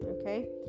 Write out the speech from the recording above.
okay